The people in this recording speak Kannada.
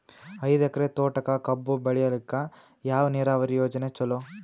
ಐದು ಎಕರೆ ತೋಟಕ ಕಬ್ಬು ಬೆಳೆಯಲಿಕ ಯಾವ ನೀರಾವರಿ ಯೋಜನೆ ಚಲೋ?